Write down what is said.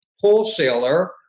wholesaler